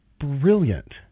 brilliant